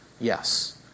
yes